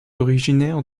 originaire